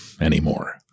anymore